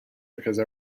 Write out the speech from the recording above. because